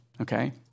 okay